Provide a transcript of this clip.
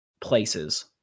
places